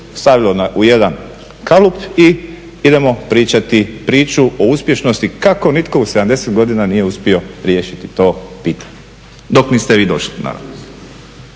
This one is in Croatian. stavlja u jedan kalup i idemo pričati priču o uspješnosti kako nitko u 70 godina nije uspio riješiti to pitanje, dok niste vi došli naravno.